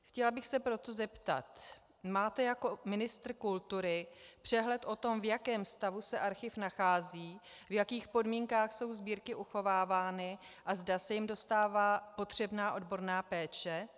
Chtěla bych se proto zeptat: Máte jako ministr kultury přehled o tom, v jakém stavu se archiv nachází, v jakých podmínkách jsou sbírky uchovávány a zda se jim dostává potřebná odborná péče?